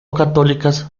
católicas